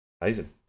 Amazing